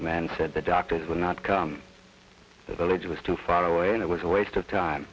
men said the doctors will not come the village was too far away and it was a waste of time